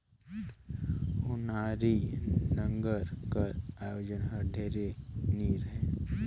ओनारी नांगर कर ओजन हर ढेर नी रहें